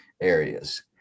areas